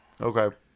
Okay